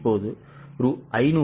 இப்போது Rs